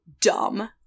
dumb